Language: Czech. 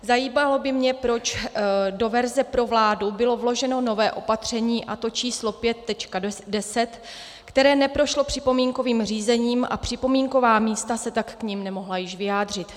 Zajímalo by mě, proč do verze pro vládu bylo vloženo nové opatření, a to č. 5.10, které neprošlo připomínkovým řízením, a připomínková místa se tak k němu nemohla již vyjádřit.